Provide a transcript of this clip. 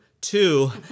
two